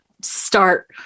start